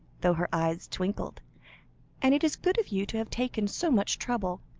though her eyes twinkled and it is good of you to have taken so much trouble.